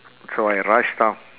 so I rush down